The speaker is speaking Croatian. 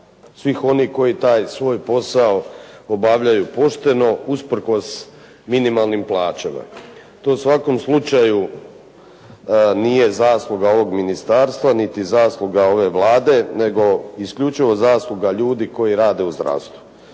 Svih onih koji taj svoj posao obavljaju pošteno usprkos minimalnim plaćama. To u svakom slučaju nije zasluga ovog Ministarstva niti zasluga ove Vlade nego isključivo zasluga ljudi koji rade u zdravstvu.